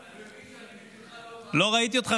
אני מבין שאני בשבילך לא, לא ראיתי אותך.